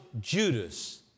Judas